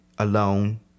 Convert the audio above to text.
Alone